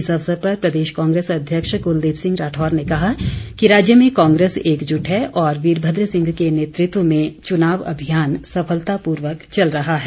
इस अवसर पर प्रदेश कांग्रेस अध्यक्ष कुलदीप सिंह राठौर ने कहा कि राज्य में कांग्रेस एकजुट है और वीरभद्र सिंह के नेतृत्व में चुनाव अभियान सफलतापूर्वक चल रहा है